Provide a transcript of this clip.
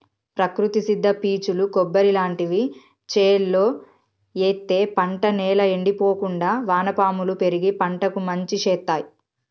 ప్రకృతి సిద్ద పీచులు కొబ్బరి లాంటివి చేలో ఎత్తే పంట నేల ఎండిపోకుండా వానపాములు పెరిగి పంటకు మంచి శేత్తాయ్